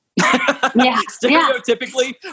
stereotypically